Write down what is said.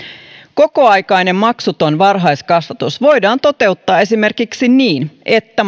kokoaikainen maksuton varhaiskasvatus voidaan toteuttaa esimerkiksi niin että